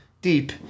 deep